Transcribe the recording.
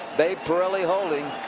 babe parilli holding.